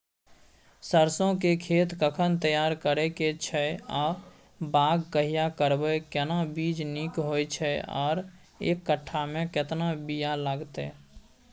सरसो के खेत कखन तैयार करै के छै आ बाग कहिया करबै, केना बीज नीक होय छै आर एक कट्ठा मे केतना बीया लागतै?